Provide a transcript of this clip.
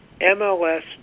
MLS